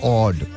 odd